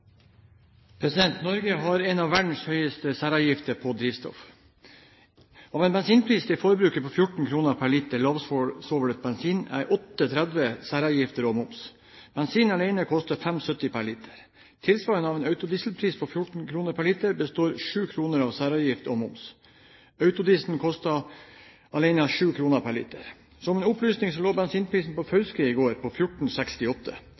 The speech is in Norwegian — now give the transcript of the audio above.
Norge har en av verdens høyeste særavgifter på drivstoff. Av en bensinpris til forbruker på 14 kr per liter lavsvovlet bensin er 8,30 kr særavgifter og moms. Bensinen alene koster 5,70 kr per liter. Tilsvarende av en autodieselpris på 14 kr per liter består 7 kr av særavgifter og moms. Autodiesel alene koster 7 kr per liter. Som en opplysning lå bensinprisen i Fauske i går på